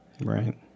Right